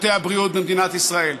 שירותי הבריאות במדינת ישראל.